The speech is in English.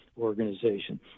organization